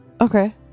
Okay